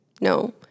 no